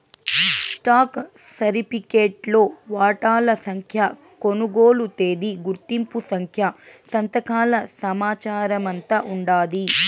stock సరిఫికెట్లో వాటాల సంఖ్య, కొనుగోలు తేదీ, గుర్తింపు సంఖ్య, సంతకాల సమాచారమంతా ఉండాది